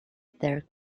their